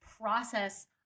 process